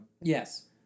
Yes